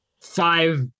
five